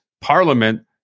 parliament